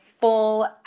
full